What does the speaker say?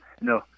No